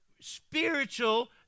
spiritual